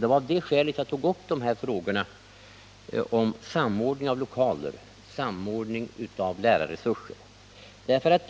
Det var av det skälet jag tog upp frågorna om samordning av lokaler och samordning av lärarresurser, för